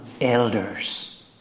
elders